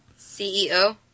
CEO